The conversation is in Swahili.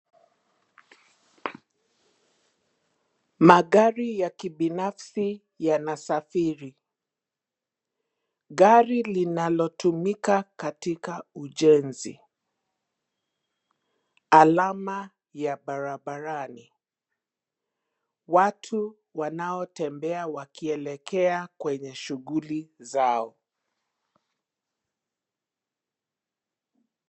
Magari ya kibinafsi yanasafiri. Gari linalotumika katika ujenzi. Alama ya barabarani. Watu wanaotembea wakielekea kwenye shughuli zao.